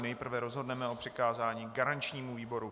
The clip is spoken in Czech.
Nejprve rozhodneme o přikázání garančnímu výboru.